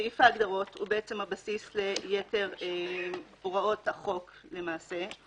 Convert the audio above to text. סעיף ההגדרות הוא הבסיס ליתר הוראות החוק למעשה.